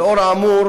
לנוכח האמור,